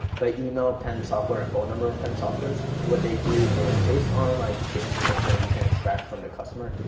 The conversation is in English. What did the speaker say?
but email append software and phone number append softwares, what they do is based on like the information that we can extract from the customer,